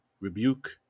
rebuke